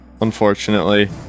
unfortunately